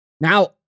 Now